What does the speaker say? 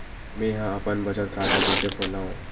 मेंहा अपन बचत खाता कइसे खोलव?